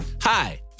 Hi